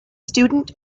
student